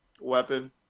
weapon